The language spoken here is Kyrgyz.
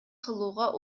кылууга